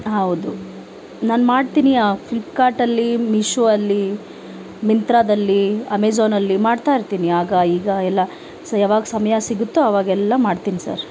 ಹೌದು ನಾನು ಮಾಡ್ತೀನಿ ಆ ಫ್ಲಿಪ್ಕಾರ್ಟಲ್ಲಿ ಮೀಶೋದಲ್ಲಿ ಮಿಂತ್ರಾದಲ್ಲಿ ಅಮೆಝೋನಲ್ಲಿ ಮಾಡ್ತಾ ಇರ್ತೀನಿ ಆಗ ಈಗ ಎಲ್ಲಾ ಸ್ ಯಾವಾಗ ಸಮಯ ಸಿಗತ್ತೋ ಆವಾಗೆಲ್ಲ ಮಾಡ್ತೀನಿ ಸರ್